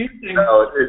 No